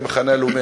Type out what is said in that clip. כמחנה הלאומי,